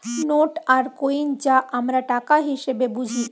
note এবং coin যা আমরা টাকা হিসেবে বুঝি